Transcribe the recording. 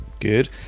Good